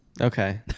Okay